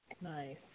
Nice